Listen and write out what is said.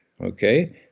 Okay